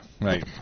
right